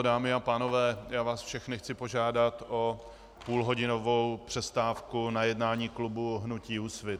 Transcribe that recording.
Dámy a pánové, já vás všechny chci požádat o půl hodinovou přestávku na jednání klubu hnutí Úsvit.